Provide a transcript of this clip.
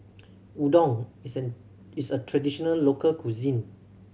udon is an is a traditional local cuisine